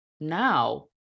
now